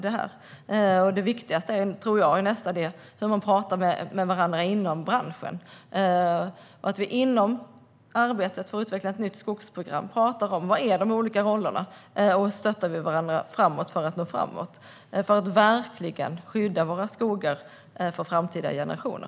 Det viktigaste är nog att man pratar med varandra inom branschen. I arbetet för att utveckla ett nytt skogsprogram måste man diskutera vilka de olika rollerna är och hur man ska stötta varandra för att nå framåt - detta för att verkligen skydda våra skogar för framtida generationer.